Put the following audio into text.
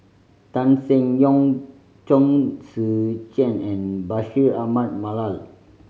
Tan Seng Yong Chong Tze Chien and Bashir Ahmad Mallal